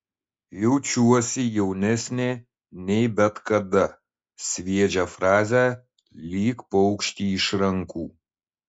jaučiuosi jaunesnė nei bet kada sviedžia frazę lyg paukštį iš rankų